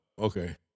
okay